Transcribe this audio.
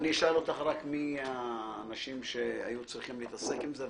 אני אשאל אותך מי האנשים שהיו צריכים להתעסק עם זה,